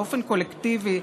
באופן קולקטיבי.